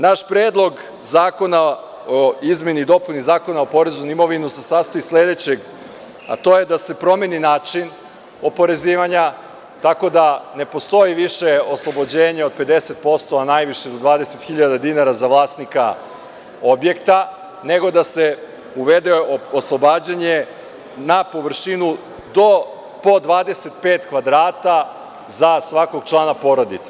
Naš Predlog zakona o izmeni i dopuni Zakona o porezu na imovinu se sastoji iz sledećeg – to je da se promeni način oporezivanja tako da ne postoji više oslobođenje od 50%, a najviše do 20 hiljada dinara za vlasnika objekta, nego da se uvede oslobađanje na površinu do po 25 kvadrata za svakog člana porodice.